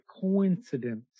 coincidence